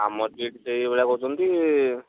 ଆମର ବି ଏଠି ସେଇ ଭଳିଆ କହୁଛନ୍ତି